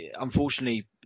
unfortunately